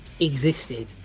Existed